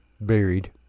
Buried